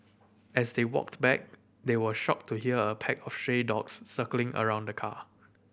as they walked back they were shocked to here a pack of stray dogs circling around the car